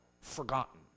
forgotten